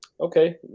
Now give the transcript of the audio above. Okay